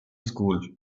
school